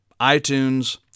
iTunes